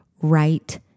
right